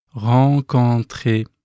rencontrer